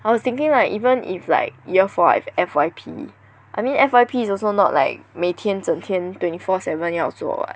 I was thinking right even if like year four I have F_Y_P I mean F_Y_P is also not like 每天整天 twenty four seven 要做 [what]